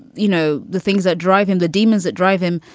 you know, the things that drive him, the demons that drive him,